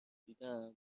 دیدم